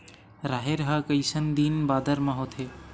राहेर ह कइसन दिन बादर म होथे?